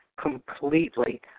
completely